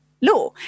law